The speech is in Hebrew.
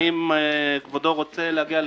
האם כבודו רוצה להגיע ל-5(ב)